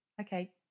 Okay